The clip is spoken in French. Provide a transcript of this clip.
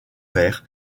verts